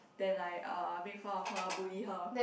then like uh make fun of her bully her